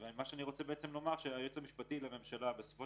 מה שאני רוצה בעצם לומר זה שהיועץ המשפטי לממשלה בסופו